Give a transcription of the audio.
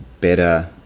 better